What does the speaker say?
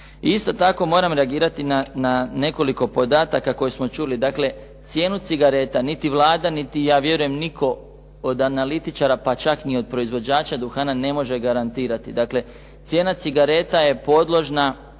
Isto tako moram reagirati na nekoliko podataka koje smo čuli. Dakle, cijenu cigareta niti Vlada niti ja vjerujem nitko od analitičara, pa čak ni od proizvođača duhana ne može garantirati. Dakle, cijena cigareta je podložna